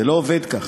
זה לא עובד ככה.